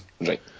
right